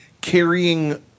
carrying